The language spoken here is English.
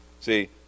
See